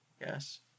Yes